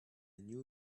knew